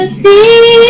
see